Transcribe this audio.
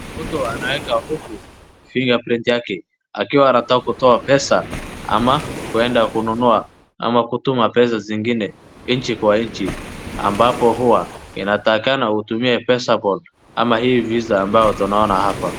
Mtu anaweka huku fingerprint yake, akiwa anataka kutoa pesa ama kuenda kununua, ama kutuma pesa zingine nchi kwa nchi, ambapo hua inatakikana utumie pesa board ama hii visa ambao tunaona hapa.